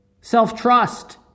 Self-trust